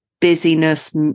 busyness